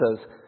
says